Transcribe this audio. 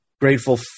grateful